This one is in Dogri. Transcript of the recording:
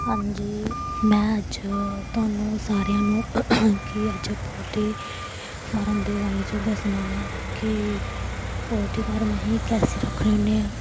हां जी में अज्ज तोहानूं सारेआं नूं कि अज्ज पोलट्री फार्म दे बारे च दस्सना कि पोल्ट्री फार्म आहीं कैसी रक्खने होन्ने आं